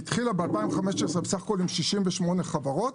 בסך הכול עם 68 חברות,